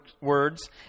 words